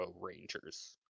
rangers